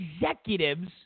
executives